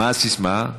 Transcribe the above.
מה הסיסמה?